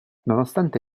nonostante